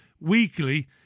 weekly